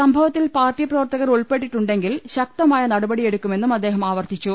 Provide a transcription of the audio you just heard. സംഭവത്തിൽ പാർട്ടി പ്രവർത്തകർ ഉൾപ്പെട്ടിട്ടുണ്ടെങ്കിൽ ശക്തമായ നടപടിയെടുക്കുമെന്നും അദ്ദേഹം ആവർത്തിച്ചു